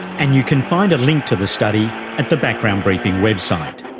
and you can find a link to the study at the background briefing website.